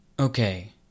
Okay